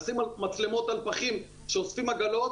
לשים מצלמות על פחים שאוספים עגלות,